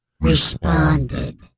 responded